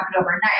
overnight